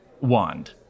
Wand